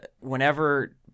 whenever